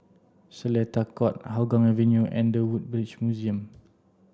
Seletar Court Hougang Avenue and the Woodbridge Museum